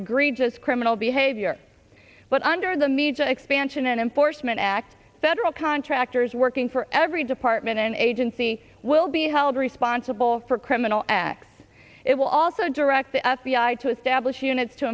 as criminal behavior but under the media expansion and enforcement act federal contractors working for every department and agency will be held responsible for criminal acts it will also direct the f b i to establish units to